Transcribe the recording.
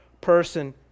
person